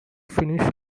finish